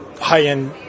high-end